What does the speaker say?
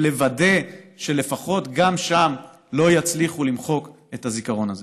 ולוודא שלפחות שם לא יצליחו למחוק את הזיכרון הזה.